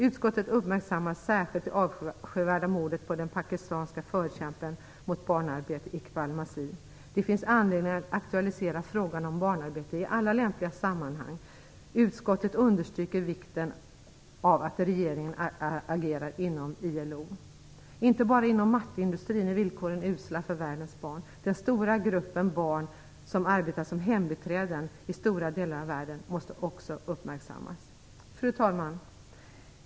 Utskottet uppmärksammar särskilt det avskyvärda mordet på den pakistanske förkämpen mot barnarbete Iqubal Masih. Det finns anledning att aktualisera frågan om barnarbete i alla lämpliga sammanhang. Utskottet understryker också vikten av att regeringen agerar inom ILO. Inte bara inom mattindustrin är villkoren usla för världens arbetande barn. Den stora gruppen barn som arbetar som hembiträden i stora delar av världen måste också uppmärksammas. Fru talman!